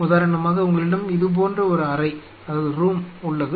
உதாரணமாக உங்களிடம் இது போன்ற ஒரு அறை உள்ளது